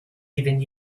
even